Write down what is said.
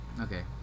okay